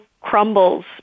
crumbles